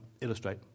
illustrate